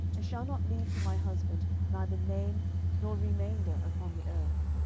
and shall not leave to my husband neither name nor remainder upon the earth.